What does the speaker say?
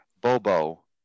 Bobo